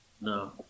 No